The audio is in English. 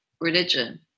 religion